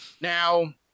Now